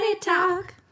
talk